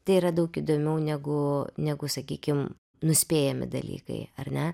tai yra daug įdomiau negu negu sakykim nuspėjami dalykai ar ne